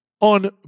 on